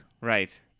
Right